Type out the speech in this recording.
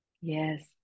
yes